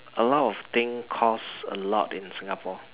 a lot of thing cost a lot in Singapore